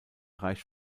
reicht